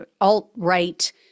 alt-right